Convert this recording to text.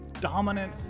Dominant